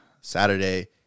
Saturday